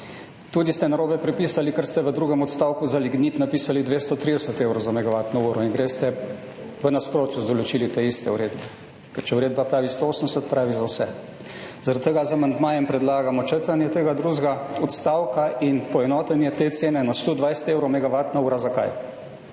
Tudi ste narobe pripisali, ker ste v drugem odstavku za lignit napisali 230 evrov za megavatno uro in greste v nasprotju z določili te iste uredbe. Ker če uredba pravi 180 pravi za vse. Zaradi tega z amandmajem predlagamo črtanje tega drugega odstavka in poenotenje te cene na 120 evrov megavatna ura. Zakaj?